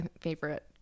favorite